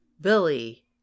Billy